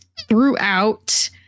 throughout